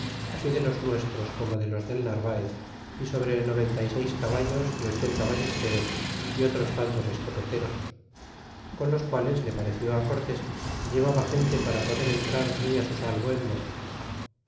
así de los nuestros como de los del narvaez y sobre noventa y seis caballos y ochenta ballesteros y otros tantos escopeteros con los quales le pareció cortés que llevaba gente para poder entrar muy su salvo en méxico